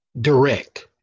direct